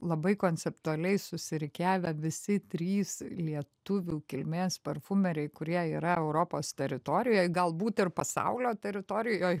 labai konceptualiai susirikiavę visi trys lietuvių kilmės parfumeriai kurie yra europos teritorijoje galbūt ir pasaulio teritorijoj